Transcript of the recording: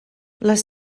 les